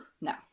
No